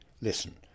listen